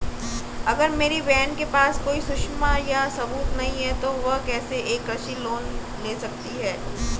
अगर मेरी बहन के पास कोई सुरक्षा या सबूत नहीं है, तो वह कैसे एक कृषि लोन ले सकती है?